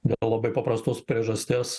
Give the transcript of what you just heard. dėl labai paprastos priežasties